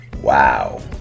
Wow